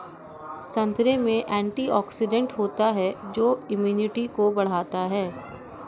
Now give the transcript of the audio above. संतरे में एंटीऑक्सीडेंट होता है जो इम्यूनिटी को बढ़ाता है